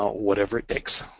whatever it takes,